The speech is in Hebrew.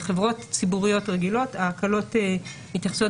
ובחברות ציבוריות רגילות ההקלות מתייחסות